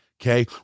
Okay